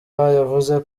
yavuze